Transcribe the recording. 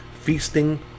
feasting